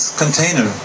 container